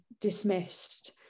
dismissed